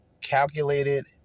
calculated